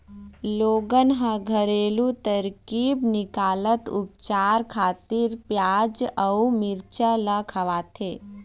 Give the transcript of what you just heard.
लोगन ह घरेलू तरकीब निकालत उपचार खातिर पियाज अउ मिरचा ल खवाथे